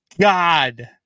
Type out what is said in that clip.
god